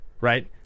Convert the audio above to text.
right